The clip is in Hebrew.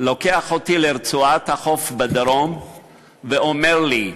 לוקח אותי לרצועת החוף בדרום ואומר לי: